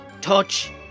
touch